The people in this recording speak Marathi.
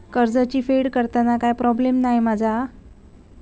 कर्जाची फेड करताना काय प्रोब्लेम नाय मा जा?